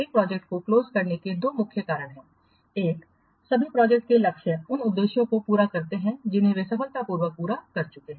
एक प्रोजेक्ट को क्लोज करने के दो मुख्य कारण हैं एक सभी प्रोजेक्ट के लक्ष्य उन उद्देश्यों को पूरा करते हैं जिन्हें वे सफलतापूर्वक पूरा कर चुके हैं